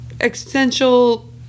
existential